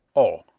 oh!